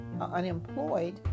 unemployed